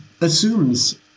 assumes